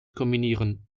kombinieren